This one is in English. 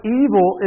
evil